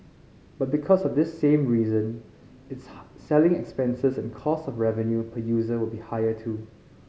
but because of this same reason its selling expenses and cost of revenue per user will be higher too